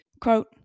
Quote